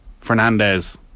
Fernandez